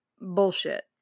bullshit